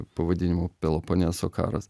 pavadinimu peloponeso karas